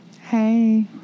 Hey